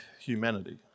humanity